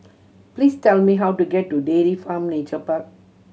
please tell me how to get to Dairy Farm Nature Park